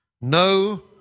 No